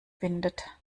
windet